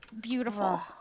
beautiful